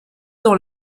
dans